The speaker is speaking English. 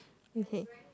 okay